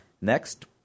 Next